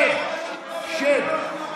שב.